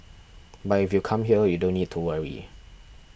but if you come here you don't need to worry